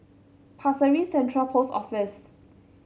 Pasir Ris Central Post Office